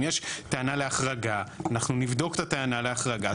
אם יש טענה להחרגה, אנחנו נבדוק את הטענה להחרגה.